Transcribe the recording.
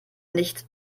nicht